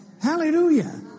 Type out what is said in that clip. Hallelujah